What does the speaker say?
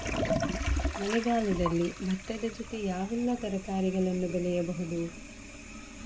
ಮಳೆಗಾಲದಲ್ಲಿ ಭತ್ತದ ಜೊತೆ ಯಾವೆಲ್ಲಾ ತರಕಾರಿಗಳನ್ನು ಬೆಳೆಯಬಹುದು?